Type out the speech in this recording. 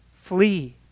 Flee